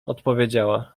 odpowiedziała